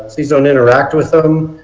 please don't interact with them.